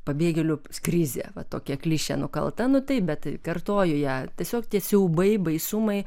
pabėgėlių krizė va tokia klišė nukalta nu taip bet kartoju ją tiesiog tie siaubai baisumai